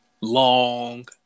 Long